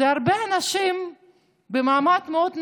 זה הרבה אנשים במעמד מאוד נמוך,